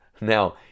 Now